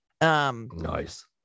Nice